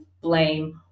blame